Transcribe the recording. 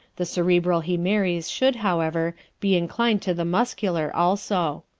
the cerebral he marries should, however, be inclined to the muscular also.